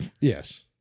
Yes